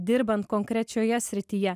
dirbant konkrečioje srityje